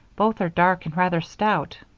both are dark and rather stout,